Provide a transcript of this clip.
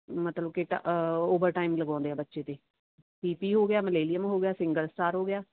ਮਤਲਬ ਕਿ ਟ ਓਵਰਟਾਈਮ ਲਗਾਉਂਦੇ ਆ ਬੱਚੇ ਦੇ ਪੀਪੀ ਹੋ ਗਿਆ ਮਿਲੇਨੀਅਮ ਹੋ ਗਿਆ ਸਿੰਗਲ ਸਟਾਰ ਹੋ ਗਿਆ